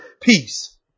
peace